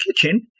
kitchen